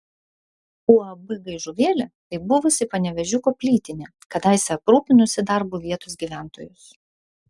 uab gaižuvėlė tai buvusi panevėžiuko plytinė kadaise aprūpinusi darbu vietos gyventojus